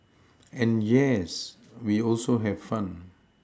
and yes we also have fun